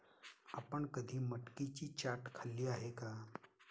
आपण कधी मटकीची चाट खाल्ली आहे का?